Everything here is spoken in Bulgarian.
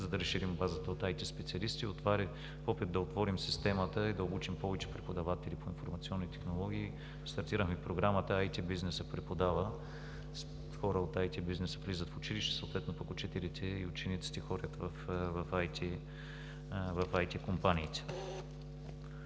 за да разширим базата от IT специалисти. Опит да отворим системата е да обучим повече преподаватели по информационни технологии. Стартирахме програмата „IT бизнесът преподава“ – хора от IT бизнеса влизат в училище, съответно пък учителите и учениците ходят в IT компаниите.